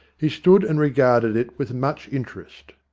he stood and regarded it with much interest.